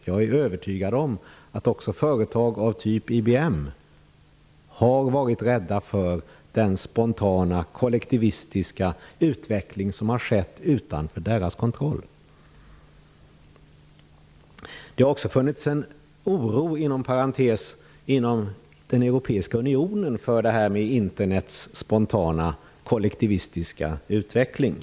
Jag är övertygad om att också företag av typ IBM har varit rädda för den spontana kollektivistiska utveckling som har skett utanför deras kontroll. Det har inom parentes också funnits en oro inom den europeiska unionen för Internets spontana kollektivistiska utveckling.